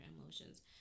emotions